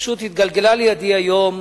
פשוט התגלגלה לידי היום